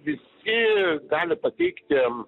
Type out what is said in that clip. visi gali pateikti